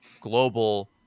global